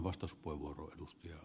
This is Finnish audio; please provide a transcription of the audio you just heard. arvoisa puhemies